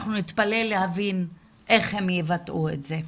אנחנו נתפלל להבין איך הם יבטאו את זה.